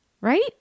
right